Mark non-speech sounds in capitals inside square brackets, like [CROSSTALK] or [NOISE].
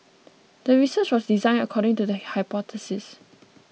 [NOISE] the research was designed according to the hypothesis